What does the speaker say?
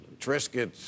Triscuits